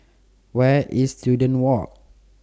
Where IS Students Walk